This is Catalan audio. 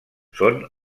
són